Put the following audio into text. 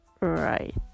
Right